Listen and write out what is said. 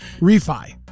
Refi